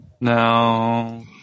No